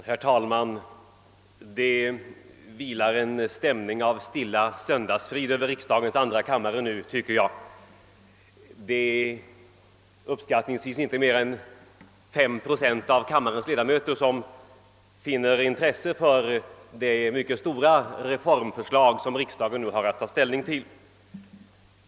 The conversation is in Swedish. Herr talman! Det vilar en stämning av stilla söndagsfrid över riksdagens andra kammare just nu. Det är uppskattningsvis inte mer än 5 procent av kammarens ledamöter som finner intresse för det viktiga reformförslag som riksdagen har ait ta ställning till.